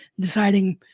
deciding